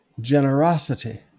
Generosity